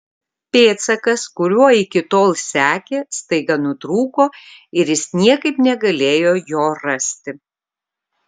pėdsakas kuriuo iki tol sekė staiga nutrūko ir jis niekaip negalėjo jo rasti